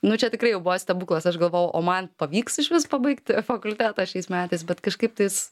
nu čia tikrai jau buvo stebuklas aš galvojau o man pavyks išvis pabaigti fakultetą šiais metais bet kažkaip tais